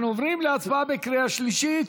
אנחנו עוברים להצבעה בקריאה שלישית.